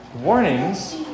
warnings